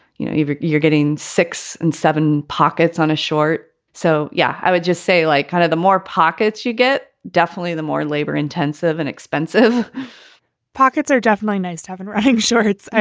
you know, you're you're getting six and seven pockets on a short so. yeah. i would just say like kind of the more pockets you get, definitely the more labor intensive and expensive pockets are definitely nice to have and i think shirts.